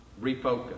refocus